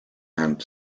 and